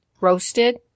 roasted